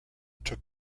took